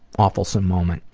awefulsome moment.